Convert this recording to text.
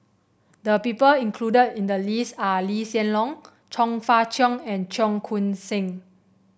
the people included in the list are Lee Hsien Loong Chong Fah Cheong and Cheong Koon Seng